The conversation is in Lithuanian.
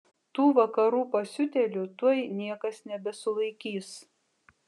tų vakarų pasiutėlių tuoj niekas nebesulaikys